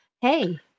hey